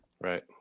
right